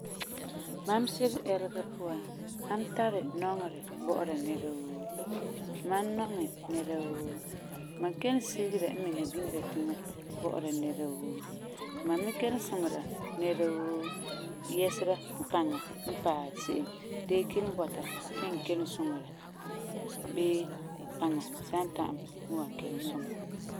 Mam sire'ɛlega puan, mam tari nɔŋerɛ bɔ'ɔra nɛra woo, mam nɔŋɛ nɛra woo, mam kelum siregera n miŋa biŋera tiŋa bɔ'ɔra nɛra woo. Mam me kelum suŋera nɛra woo yɛsera n paŋa n paɛ se'em. Dee kelum bɔta ti n kelum suŋera bii n paŋa san ta'am n wan kelum suŋɛ.